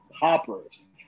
poppers